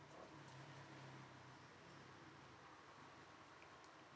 mm